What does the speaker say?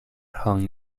hung